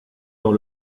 dans